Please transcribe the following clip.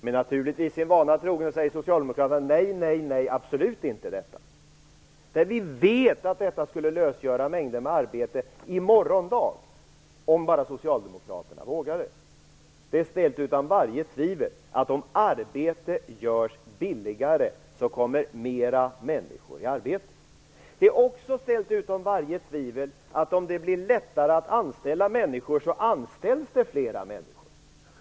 Men sin vana trogen säger naturligtvis Socialdemokraterna: nej, nej, nej - absolut inte det. Vi vet att det skulle lösgöra mängder av arbeten i morgon dag, om bara Socialdemokraterna vågade. Det är ställt utom varje tvivel, att om arbete görs billigare kommer fler människor i arbete. Det är också ställt utom varje tvivel, att om det blir lättare att anställa människor anställs det fler människor.